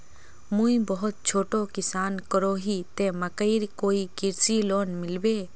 मुई बहुत छोटो किसान करोही ते मकईर कोई कृषि लोन मिलबे?